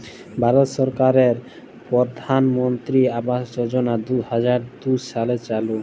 ভারত সরকারের পরধালমলত্রি আবাস যজলা দু হাজার দু সালে চালু